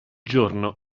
giorno